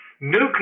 nuclear